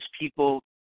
people